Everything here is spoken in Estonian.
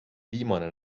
viimane